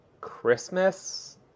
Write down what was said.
christmas